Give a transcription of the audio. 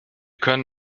können